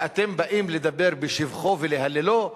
המפעל הזה, שאתם באים לדבר בשבחו ולהללו,